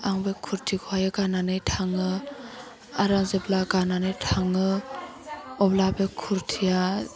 आं बे कुर्तिखौहाय गाननानै थाङो आरो जेब्ला गाननानै थाङो अब्ला बे कुर्तिया